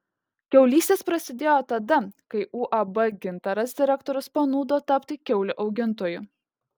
kiaulystės prasidėjo tada kai uab gintaras direktorius panūdo tapti kiaulių augintoju